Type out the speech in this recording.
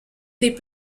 des